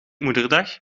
moederdag